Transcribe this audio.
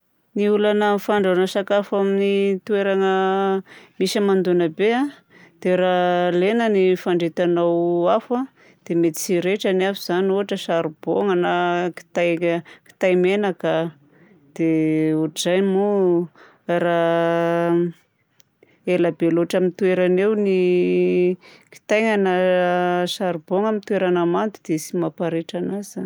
Ny olana amin'ny fandrahoana sakafo amin'ny toerana misy hamandoana be a dia: raha lena ny fandretanao afo a dia mety tsy hirehitra ny afo izany. Ohatra izany charbon na kitay- kitay menaka a dia ohatran'izay moa raha ela be loatra amin'ny toerany eo ny kitay na charbon amin'ny toerana mando dia tsy mamparehitra anazy izany.